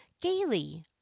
gaily